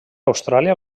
austràlia